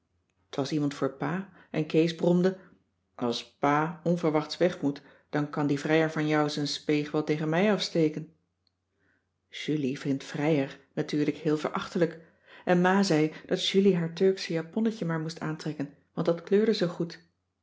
t was iemand voor pa en kees bromde als pa onverwachts wegmoet dan kan die vrijer van jou z'n speeg wel tegen mij afsteken julie vind vrijer natuurlijk heel verachtelijk en ma zei dat julie haar turksche japonnetje maar moest aantrekken want dat kleurde zoo goed